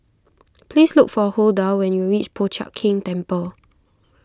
please look for Hulda when you reach Po Chiak Keng Temple